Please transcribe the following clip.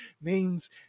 names